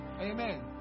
Amen